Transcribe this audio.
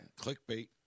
Clickbait